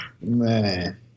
Man